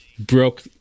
broke